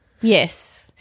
Yes